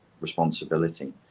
responsibility